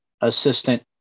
assistant